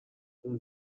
اون